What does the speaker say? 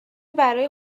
برای